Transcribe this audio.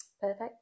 Perfect